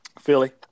Philly